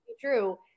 true